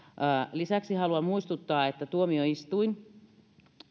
lisäksi haluan muistuttaa että tuomioistuin